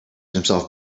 himself